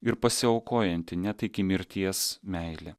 ir pasiaukojanti net iki mirties meilė